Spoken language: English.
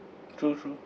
true true